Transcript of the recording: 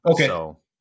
Okay